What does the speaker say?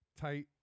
tight